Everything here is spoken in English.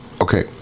okay